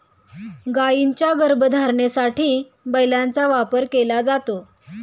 गायींच्या गर्भधारणेसाठी बैलाचा वापर केला जातो